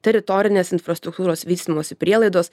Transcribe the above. teritorinės infrastruktūros vystymosi prielaidos